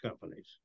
companies